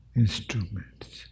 instruments